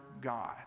God